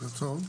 בוקר טוב.